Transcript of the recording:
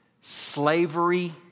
slavery